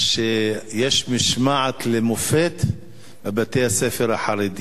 שיש משמעת למופת בבתי-הספר החרדיים.